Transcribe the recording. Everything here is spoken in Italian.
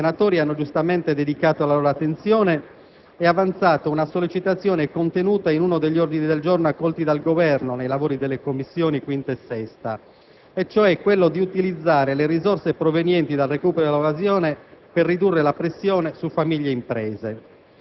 al tema dell'evasione molti senatori hanno giustamente dedicato la loro attenzione e avanzato una sollecitazione, contenuta in uno degli ordini del giorno accolti dal Governo nei lavori delle Commissioni 5ª e 6ª, cioè quello di utilizzare le risorse provenienti dal recupero dell'evasione